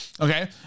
Okay